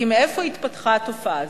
כי מאיפה התפתחה התופעה הזאת?